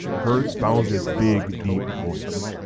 heard bowser's big, deep voice.